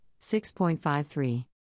6.53